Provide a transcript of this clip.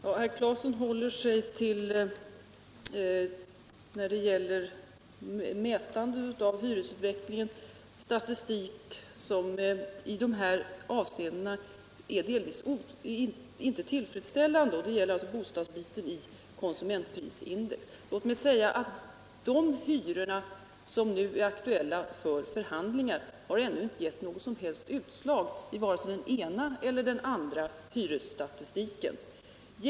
Herr talman! Herr Claeson håller sig när det gäller mätningen av hyresutvecklingen till statistik som i de avseenden det gäller delvis inte är tillfredsställande, nämligen bostadsdelen av konsumentprisindex. De hyror som nu är aktuella för förhandlingar har ännu inte givit något som helst utslag i hyresstatistiken.